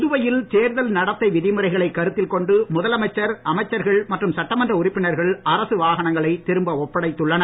புதுவையில் தேர்தல் நடத்தை விதிமுறைகளைக் கருத்தில் கொண்டு முதலமைச்சர் அமைச்சர்கள் மற்றும் சட்டமன்ற உறுப்பினர்கள் அரசு வாகனங்களை திரும்ப ஒப்படைத்துள்ளனர்